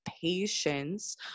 patience